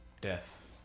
Death